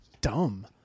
dumb